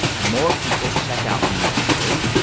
more people check out from that story.